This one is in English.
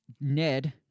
NED